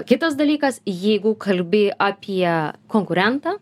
kitas dalykas jeigu kalbi apie konkurentą